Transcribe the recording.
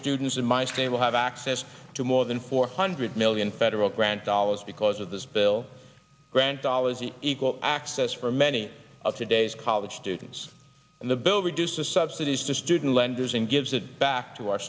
students in mind they will have access to more than four hundred million federal grant dollars because of this bill grant dollars the equal access for many of today's college students and the bill reduce the subsidies to student lenders and gives it back to our